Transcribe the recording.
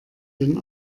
den